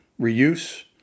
reuse